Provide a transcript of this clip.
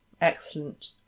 Excellent